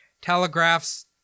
telegraphs